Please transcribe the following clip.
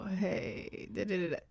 hey